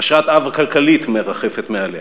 חשרת עב כלכלית מרחפת מעליה.